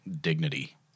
dignity